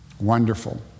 Wonderful